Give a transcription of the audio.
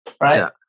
right